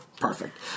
Perfect